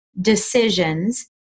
decisions